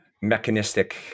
mechanistic